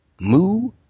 Moo